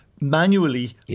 manually